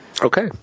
Okay